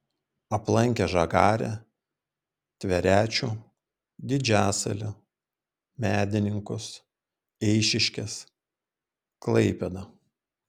aplankė žagarę tverečių didžiasalį medininkus eišiškes klaipėdą